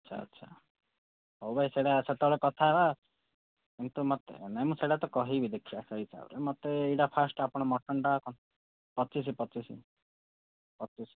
ଆଚ୍ଛା ଆଚ୍ଛା ହଉ ଭାଇ ସେଇଟା ସେତେବେଳେ କଥା ହେବା କିନ୍ତୁ ମୋତେ ନାହିଁ ମୁଁ ସେଇଟା ତ କହିବି ଦେଖିବା ସେଇହିସାବରେ ମୋତେ ଏଇଟା ଫାଷ୍ଟ ଆପଣ ମଟନ୍ଟା ପଚିଶି ପଚିଶି ପଚିଶି